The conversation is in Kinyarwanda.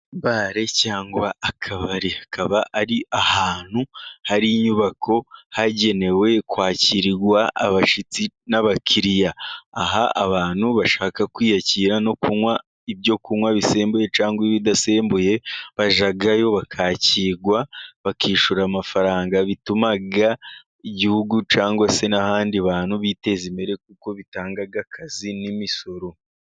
Bare cyangwa akabari kaba ari ahantu hari inyubako hagenewe kwakirwa abashyitsi n'abakiriya, aha abantu bashaka kwiyakira no kunywa ibyo kunywa bisembuye cyangwa ibidasembuye bajyayo bakakigwa bakishyura amafaranga, bitumaga igihugu cyangwa se n'ahandi bantu biteza imbere kuko bitanga akazi n'imisoro.